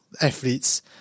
athletes